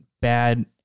bad